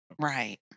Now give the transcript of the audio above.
Right